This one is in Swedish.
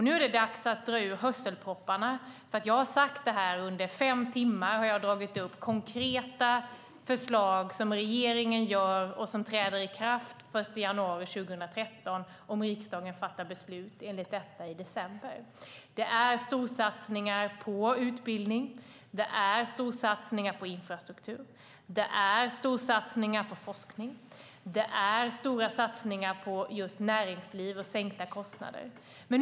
Nu är det dags att dra ut hörselpropparna, för under fem timmar har jag tagit upp konkreta förslag som regeringen lägger fram och som träder i kraft den 1 januari 2013 ifall riksdagen fattar beslut om det i december. Det är storsatsningar på utbildning, infrastruktur, forskning, näringsliv och på sänkta kostnader.